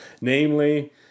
Namely